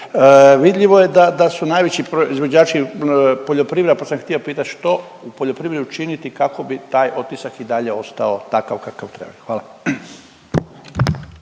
Vidljivo je da, da su najveći proizvođači poljoprivreda, pa sam htio pitat što u poljoprivredi učiniti kako bi taj otisak i dalje ostao takav kakav treba? Hvala.